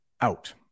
out